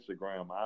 Instagram